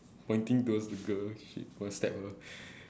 pointing towards the girl shit gonna stab her